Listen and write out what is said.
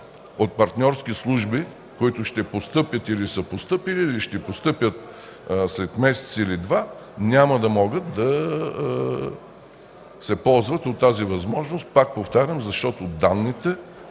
от партньорски служби, които ще постъпват или са постъпили, или ще постъпят след месец или два, няма да могат да се ползват от тази възможност, пак повтарям, защото данните